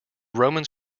romans